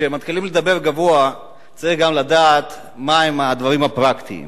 כשמתחילים לדבר גבוה צריך גם לדעת מהם הדברים הפרקטיים.